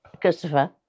Christopher